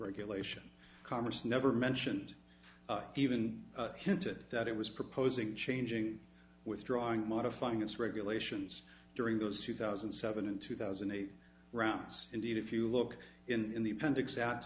regulation congress never mentioned even hinted that it was proposing changing withdrawing modifying its regulations during those two thousand and seven and two thousand and eight rounds indeed if you look in the appendix out